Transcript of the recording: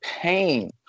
pain